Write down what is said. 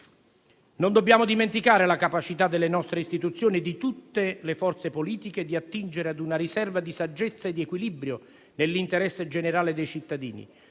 Non dobbiamo dimenticare la capacità delle nostre istituzioni, di tutte le forze politiche, di attingere ad una riserva di saggezza e di equilibrio nell'interesse generale dei cittadini,